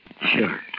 Sure